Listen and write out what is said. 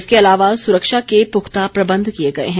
इसके अलावा सुरक्षा के पुख्ता प्रबंध किए गए हैं